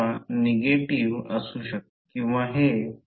तर free space व्यतिरिक्त इतर सर्व माध्यमांसाठी प्रत्यक्षात B 0 r H